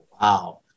Wow